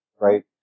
right